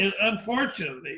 Unfortunately